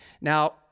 Now